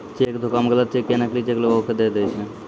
cheque धोखा मे गलत चेक या नकली चेक लोगो के दय दै छै